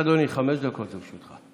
בבקשה, אדוני, חמש דקות לרשותך.